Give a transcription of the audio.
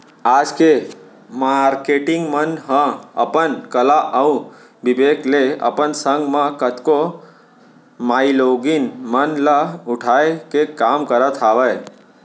आज के मारकेटिंग मन ह अपन कला अउ बिबेक ले अपन संग म कतको माईलोगिन मन ल उठाय के काम करत हावय